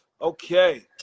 Okay